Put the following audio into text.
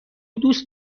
دوست